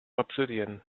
obsidian